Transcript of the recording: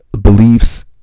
beliefs